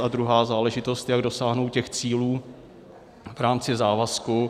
A druhá záležitost, jak dosáhnout těch cílů v rámci závazku.